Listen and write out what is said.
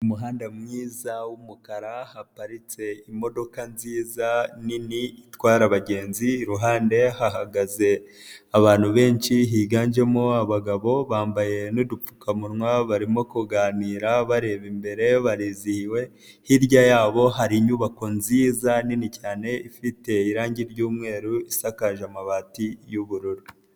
Umumuhanda mwiza w'umukara haparitse imodoka nziza nini itwara abagenzi, iruhande hahagaze abantu benshi higanjemo abagabo bambaye nu'dupfukamunwa, barimo kuganira bareba imbere barizihiwe, hirya yabo hari inyubako nziza nini cyane ifite irangi ry'umweru, isakaje amabati y'ubururu.